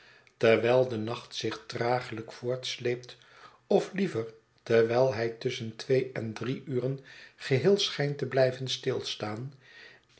terwijl de nacht zich traaglijk voortsleept of liever terwijl hij tusschen twee en drie uren geheel schijnt te blijven stilstaan